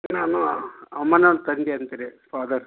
ನಾನು ತಂದೆ ಅಂತ ರೀ ಫಾದರ್